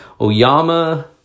Oyama